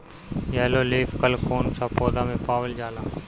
Yellow leaf curl कौन सा पौधा में पावल जाला?